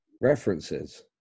references